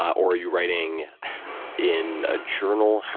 or are you writing in a journal?